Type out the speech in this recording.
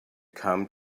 come